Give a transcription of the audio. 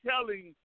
telling